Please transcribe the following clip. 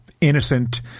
innocent